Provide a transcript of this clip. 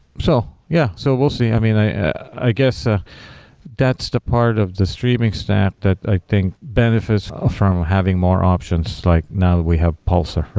so yeah, so we'll see. i mean, i i guess ah that's the part of the streaming stack that i think benefits ah from having more um like now that we have pulsar.